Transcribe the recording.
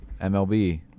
MLB